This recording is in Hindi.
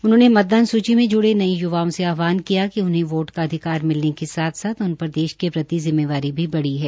उन्होंने मतदान सुचि में ज्ड़े नये य्वाओं से आहवान किया कि उन्हें वोट का अधिकार मिलने के साथ साथ उन पर देश के प्रति जिम्मेदारी भी बड़ी है